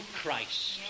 Christ